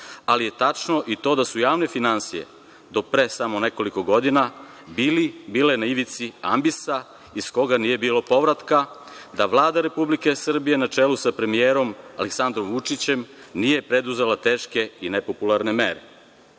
ali je tačno i to da su javne finansije do pre samo nekoliko godina bile na ivici ambisa iz koga nije bilo povratka, da Vlada Republike Srbije na čelu sa premijerom Aleksandrom Vučićem nije preduzela teške i nepopularne mere.